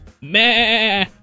Meh